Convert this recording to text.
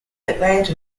atlanta